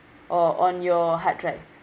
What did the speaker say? or on your hard drive